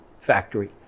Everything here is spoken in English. factory